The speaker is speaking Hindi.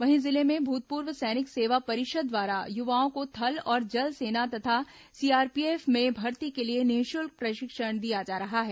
वहीं जिले में भूतपूर्व सैनिक सेवा परिषद द्वारा युवाओं को थल और जल सेना तथा सीआरपीएफ में भर्ती के लिए निःशुल्क प्रशिक्षण दिया जा रहा है